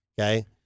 okay